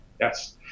Yes